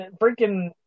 freaking